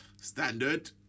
Standard